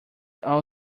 all